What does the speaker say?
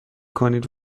کنید